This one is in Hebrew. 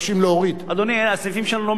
אבקש גם משאל טלפוני מכל סגני יושב-הכנסת,